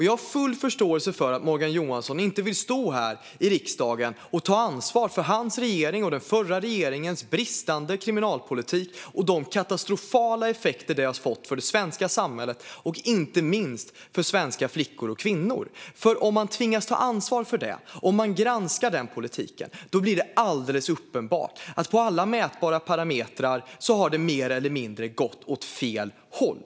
Jag har full förståelse för att Morgan Johansson inte vill stå här i riksdagen och ta ansvar för sin regerings och den förra regeringens bristande kriminalpolitik och de katastrofala effekter den har fått för det svenska samhället, inte minst för svenska flickor och kvinnor. Om man tvingas ta ansvar, om man granskar den politiken, blir det alldeles uppenbart att på alla mätbara parametrar har det mer eller mindre gått åt fel håll.